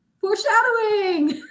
foreshadowing